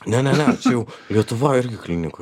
ne ne ne čia jau lietuvoj irgi klinikoj